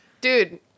Dude